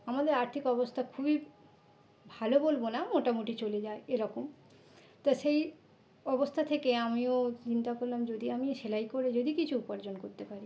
আমদের আর্থিক অবস্থা খুবই ভালো বলবো না মোটামুটি চলে যায় এরকম তা সেই অবস্থা থেকে আমিও চিন্তা করলাম যদি আমি সেলাই করে যদি কিছু উপার্জন করতে পারি